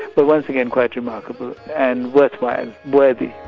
but once again, quite remarkable and worthwhile, worthy.